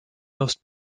most